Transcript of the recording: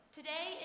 Today